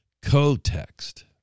co-text